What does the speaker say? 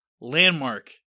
landmark